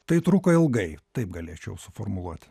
tai truko ilgai taip galėčiau suformuluoti